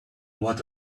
what